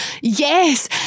yes